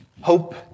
Hope